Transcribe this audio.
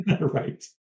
right